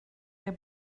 der